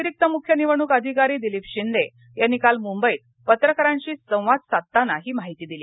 अतिरिक्त मुख्य निवडणूक अधिकारी दिलीप शिंदे यांनी काल मुंबईत पत्रकारांशी संवाद साधताना दिली